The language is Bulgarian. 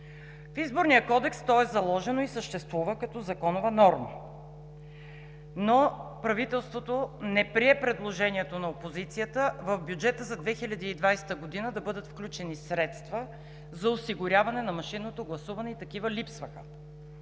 В Изборния кодекс то е заложено и съществува като законова норма, но правителството не прие предложението на опозицията в бюджета за 2020 г. да бъдат включени средства за осигуряване на машинното гласуване и такива липсваха.